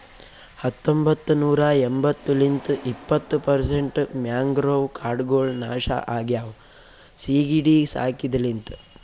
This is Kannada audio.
ಹತೊಂಬತ್ತ ನೂರಾ ಎಂಬತ್ತು ಲಿಂತ್ ಇಪ್ಪತ್ತು ಪರ್ಸೆಂಟ್ ಮ್ಯಾಂಗ್ರೋವ್ ಕಾಡ್ಗೊಳ್ ನಾಶ ಆಗ್ಯಾವ ಸೀಗಿಡಿ ಸಾಕಿದ ಲಿಂತ್